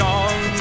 on